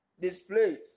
displays